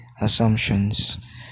assumptions